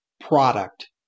product